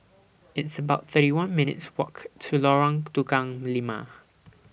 It's about thirty one minutes' Walk to Lorong Tukang Lima